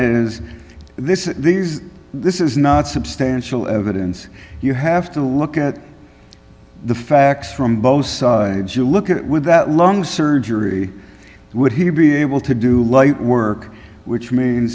is this is this is not substantial evidence you have to look at the facts from both sides you look at with that long surgery would he be able to do light work which means